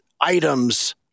items